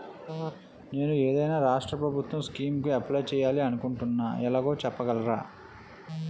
నేను ఏదైనా రాష్ట్రం ప్రభుత్వం స్కీం కు అప్లై చేయాలి అనుకుంటున్నా ఎలాగో చెప్పగలరా?